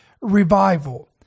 Revival